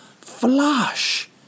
flush